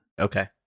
Okay